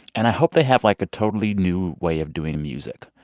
and i hope they have, like, a totally new way of doing music.